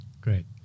Great